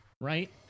right